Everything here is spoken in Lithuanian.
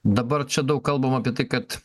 dabar čia daug kalbam apie tai kad